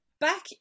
back